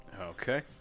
Okay